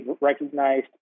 recognized